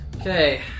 Okay